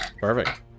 Perfect